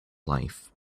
life